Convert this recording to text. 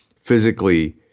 physically